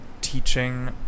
teaching